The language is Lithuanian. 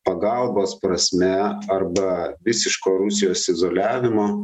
pagalbos prasme arba visiško rusijos izoliavimo